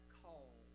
call